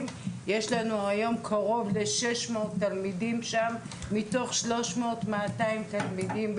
יש לנו כ-600 תלמידים מהמגזר החרדי מתוך 3,200 תלמידים,